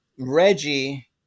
Reggie